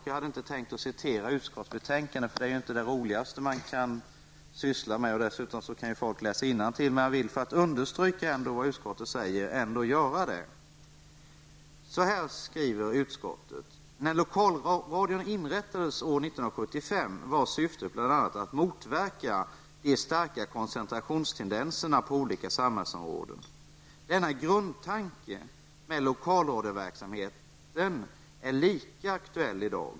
Jag hade inte tänkt citera från utskottsbetänkandet eftersom det inte är det roligaste man kan syssla med och dessutom kan folk läsa innantill. För att understryka vad utskottet säger vill jag ändock göra det: ''När lokalradion inrättades år 1975 var syftet bl.a. att motverka de starka koncentrationstendenserna på olika samhällsområden. Denna grundtanke med lokalradioverksamhet är lika aktuell i dag.